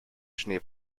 schnee